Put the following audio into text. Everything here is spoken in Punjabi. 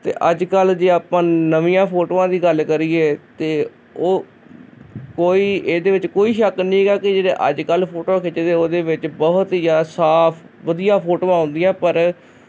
ਅਤੇ ਅੱਜ ਕਲ੍ਹ ਜੇ ਆਪਾਂ ਨਵੀਆਂ ਫੋਟੋਆਂ ਦੀ ਗੱਲ ਕਰੀਏ ਤਾਂ ਉਹ ਕੋਈ ਇਹਦੇ ਵਿੱਚ ਕੋਈ ਸ਼ੱਕ ਨਹੀਂ ਗਾ ਕਿ ਜਿਹੜੇ ਅੱਜ ਕੱਲ੍ਹ ਫੋਟੋਆਂ ਖਿੱਚਦੇ ਉਹਦੇ ਵਿੱਚ ਬਹੁਤ ਹੀ ਜ਼ਿਆਦਾ ਸਾਫ਼ ਵਧੀਆ ਫੋਟੋਆਂ ਆਉਂਦੀਆਂ ਪਰ